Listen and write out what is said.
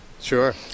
sure